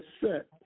set